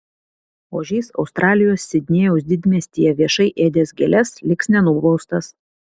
ožys australijos sidnėjaus didmiestyje viešai ėdęs gėles liks nenubaustas